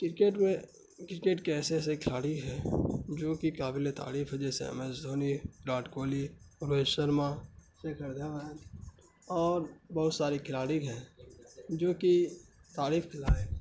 cricket میں cricket کے ایسے ایسے کھلاڑی ہیں جو کہ قابل تعریف ہیں جیسے ایم ایس دھونی وراٹ کوہلی روہت شرما شیکھر دھون اور بہت سارے کھلاڑی ہیں جو کہ تعریف کے لائق